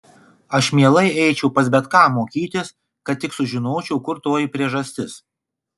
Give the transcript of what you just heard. aš mielai eičiau pas bet ką mokytis kad tik sužinočiau kur toji priežastis